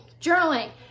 journaling